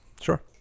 sure